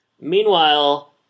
Meanwhile